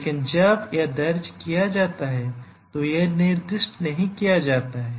लेकिन जब यह दर्ज किया जाता है तो यह निर्दिष्ट नहीं किया जाता है